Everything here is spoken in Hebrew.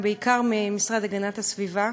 בעיקר מהמשרד להגנת הסביבה,